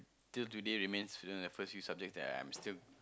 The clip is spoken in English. till today reminds you know the first few subjects that I'm still